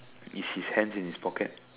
is his hands in his pocket